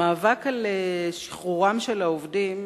המאבק על שחרורם של העובדים,